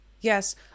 Yes